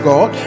God